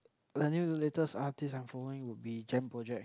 the new latest artist I'm following will be Jam Project